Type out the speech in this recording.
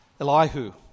Elihu